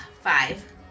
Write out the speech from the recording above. Five